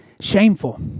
shameful